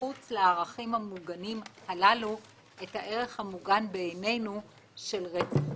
מחוץ לערכים המוגנים הללו את הערך המוגן בעיננו של רצח נשים.